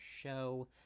show